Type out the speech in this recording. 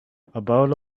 about